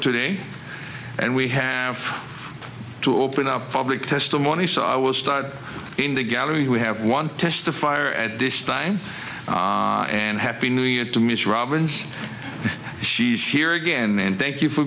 today and we have to open up public testimony so i will start in the gallery we have one testifier at this time and happy new year to miss robins she's here again and thank you for